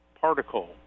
particle